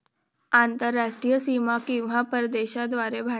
आंतरराष्ट्रीय सीमा किंवा प्रदेशांद्वारे भांडवल, वस्तू आणि सेवांची देवाण घेवाण आहे